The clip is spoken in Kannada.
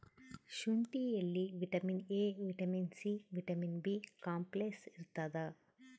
ಶುಂಠಿಯಲ್ಲಿ vitamin A vitamin C vitamin B complex ಇರ್ತಾದ